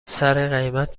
سرقیمت